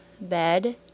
bed